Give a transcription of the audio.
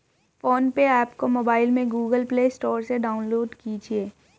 phone पे app को mobile में गूगल प्ले स्टोर से डाउनलोड कीजिए